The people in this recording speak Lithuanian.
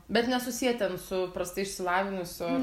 bet nesusiet ten su prastai išsilavinusiu